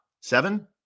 Seven